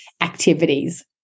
activities